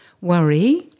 worry